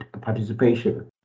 participation